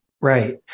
right